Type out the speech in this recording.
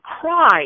cry